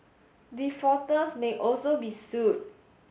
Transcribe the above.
defaulters may also be sued